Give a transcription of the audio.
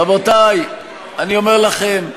רבותי, אני אומר לכם,